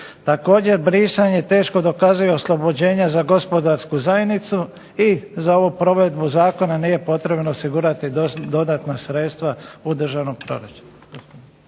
Također, brisanje teško dokazuje oslobođenja za gospodarsku zajednicu i za ovu provedbu zakona nije potrebno osigurati dodatna sredstva u državnom proračunu.